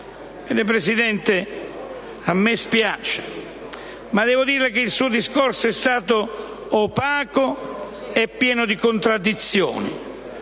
Presidente, a me spiace, ma devo dire che il suo discorso è stato opaco e pieno di contraddizioni: